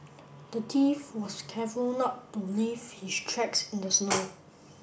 the thief was careful not to leave his tracks in the snow